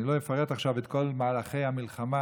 אני לא אפרט עכשיו את כל מהלכי המלחמה,